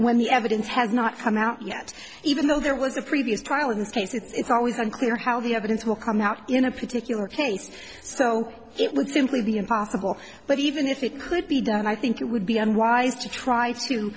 when the evidence has not come out yet even though there was a previous trial in this case it's always unclear how the evidence will come out in a particular case so it would simply be impossible but even if it could be done i think it would be unwise to try to